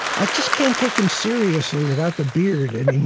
i just can't take him seriously without the beard and